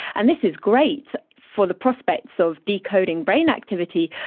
and this is great for the prospects of decoding brain activity,